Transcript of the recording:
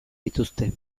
dituzte